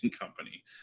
Company